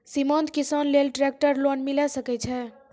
सीमांत किसान लेल ट्रेक्टर लोन मिलै सकय छै?